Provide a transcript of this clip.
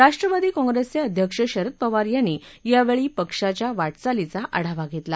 राष्ट्रवादी काँप्रेसचे अध्यक्ष शरद पवार यांनी यावेळी पक्षाच्या वाटचालीचा आढावा घेतला